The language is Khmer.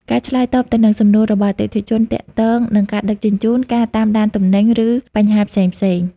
ការឆ្លើយតបទៅនឹងសំណួររបស់អតិថិជនទាក់ទងនឹងការដឹកជញ្ជូន ការតាមដានទំនិញ ឬបញ្ហាផ្សេងៗ។